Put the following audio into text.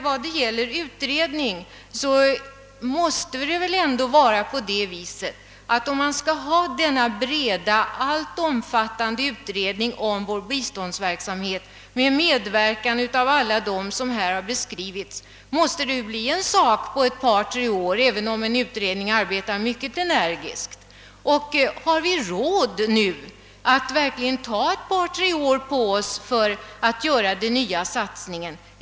Om man som reservanterna vill skall ha en bred, allt omfattande utredning om vår biståndsverksamhet med medverkan av alla dem som här beskrivits, måste det bli en sak på ett par, tre år, även om utredningen arbetar mycket energiskt. Har vi råd att ta så lång tid på oss nu för att göra denna nya satsning?